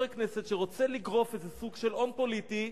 כנסת שרוצה לגרוף איזה סוג של הון פוליטי,